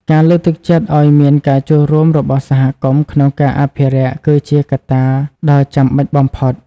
ការលើកទឹកចិត្តឲ្យមានការចូលរួមរបស់សហគមន៍ក្នុងការអភិរក្សគឺជាកត្តាដ៏ចាំបាច់បំផុត។